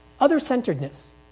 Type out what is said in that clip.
Other-centeredness